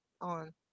on